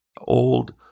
old